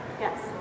Yes